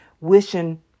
wishing